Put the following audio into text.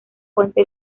fuente